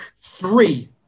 three